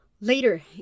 Later